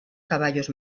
caballos